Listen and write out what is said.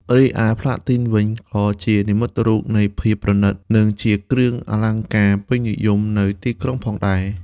រីឯផ្លាទីនវិញក៏ជានិមិត្តរូបនៃភាពប្រណិត និងជាគ្រឿងអលង្ការពេញនិយមនៅទីក្រុងផងដែរ។